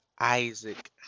isaac